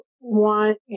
want